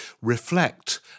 reflect